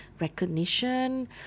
recognition